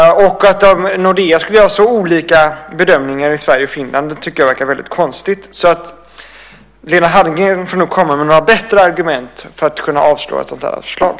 Att Nordea skulle göra så olika bedömningar i Sverige och Finland tycker jag verkar väldigt konstigt. Lena Hallengren får nog komma med bättre argument för att kunna avslå ett sådant här förslag.